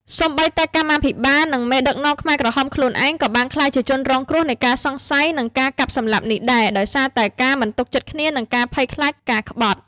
សូម្បីតែកម្មាភិបាល និងមេដឹកនាំខ្មែរក្រហមខ្លួនឯង ក៏បានក្លាយជាជនរងគ្រោះនៃការសង្ស័យ និងការកាប់សម្លាប់នេះដែរ ដោយសារតែការមិនទុកចិត្តគ្នា និងការភ័យខ្លាចការក្បត់។